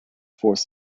forced